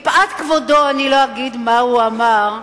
מפאת כבודו אני לא אגיד מה הוא אמר,